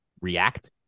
react